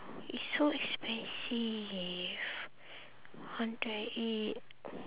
it's so expensive hundred and eight